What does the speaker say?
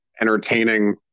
entertaining